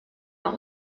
war